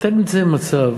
אתם נמצאים במצב